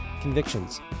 convictions